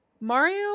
Mario